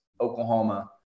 Oklahoma